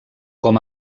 com